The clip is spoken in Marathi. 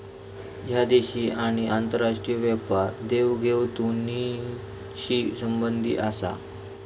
ह्या देशी आणि आंतरराष्ट्रीय व्यापार देवघेव दोन्हींशी संबंधित आसा